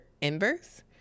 inverse